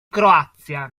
croazia